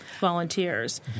volunteers